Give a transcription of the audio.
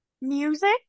music